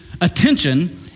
attention